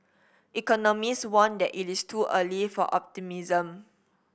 economist warned that it is too early for optimism